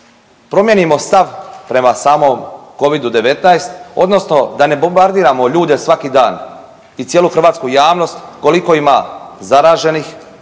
promijenimo stav prema samom Covidu-19 odnosno da ne bombardiramo ljude svaki dan i cijelu hrvatsku javnost koliko ima zaraženih,